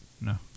No